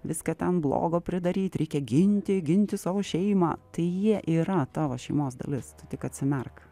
viską ten blogo pridaryt reikia ginti ginti savo šeimą tai jie yra tavo šeimos dalis tu tik atsimerk